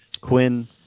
Quinn